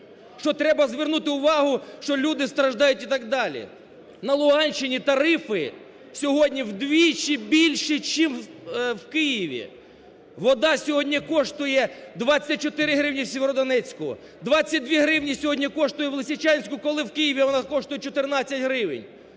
що треба звернути увагу, що люди страждають і так далі. На Луганщині тарифи сьогодні вдвічі більші, чим в Києві. Вода сьогодні коштує 24 гривні в Сєвєродонецьку, 22 гривні сьогодні коштує в Лисичанську, коли в Києві вона коштує 14 гривень.